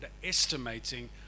underestimating